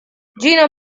gino